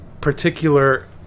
particular